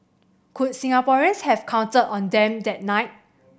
could Singaporeans have counted on them that night